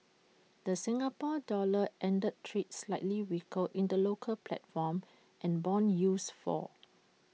the Singapore dollar ended trade slightly weaker in the local platform and Bond yields fall